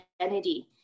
identity